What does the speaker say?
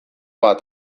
bat